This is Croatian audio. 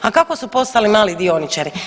A kako su postali mali dioničari?